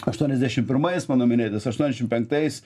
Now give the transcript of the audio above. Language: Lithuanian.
aštuoniasdešim pirmais mano minėtais aštuoniasdešim penktais